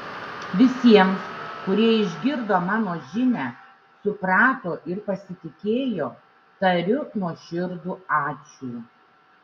visiems kurie išgirdo mano žinią suprato ir pasitikėjo tariu nuoširdų ačiū